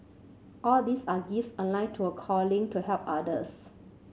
all these are gifts align to a calling to help others